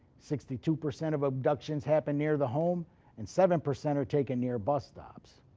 sixty two percent of abductions happen near the home and seven percent are taken near bus stops.